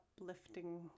uplifting